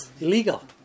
illegal